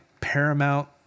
Paramount